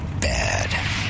bad